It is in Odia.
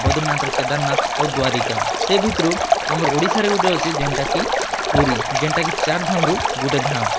ବଦ୍ରିନାଥର କେଦାରନାଥ୍ ଆଉ ଦ୍ୱାରିକା ସେ ଭିତ୍ରୁ ଆମର୍ ଓଡ଼ିଶାରେ ଗୁଟେ ଅଛେ ଯେନ୍ଟାକି ପୁରୀ ଯେନ୍ଟାକି ଚାର୍ ଧାମ୍ରୁ ଗୁଟେ ଧାମ୍